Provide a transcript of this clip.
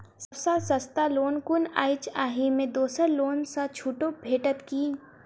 सब सँ सस्ता लोन कुन अछि अहि मे दोसर लोन सँ छुटो भेटत की?